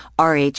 Rh